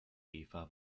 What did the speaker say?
eva